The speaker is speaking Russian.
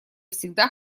всегда